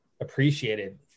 appreciated